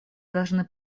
должны